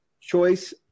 choice